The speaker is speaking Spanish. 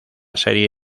serie